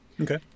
Okay